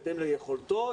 בהתאם ליכולתו,